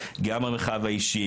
גם המרחב האישי,